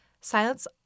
Silence